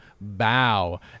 bow